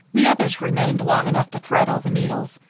the others remained long enough to thread all the needles.